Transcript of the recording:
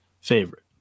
favorite